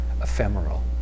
ephemeral